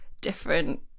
different